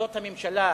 וזאת הממשלה.